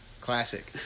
Classic